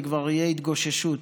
זה כבר יהיה התגוששות.